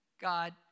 God